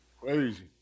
Crazy